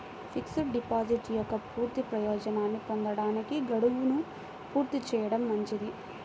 fixed deposit యొక్క పూర్తి ప్రయోజనాన్ని పొందడానికి, గడువును పూర్తి చేయడం మంచిది